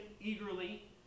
eagerly